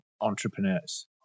entrepreneurs